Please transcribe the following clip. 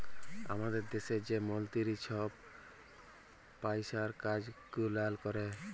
আমাদের দ্যাশে যে মলতিরি ছহব পইসার কাজ গুলাল দ্যাখে